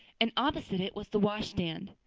and opposite it was the wash-stand.